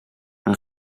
aan